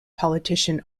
politician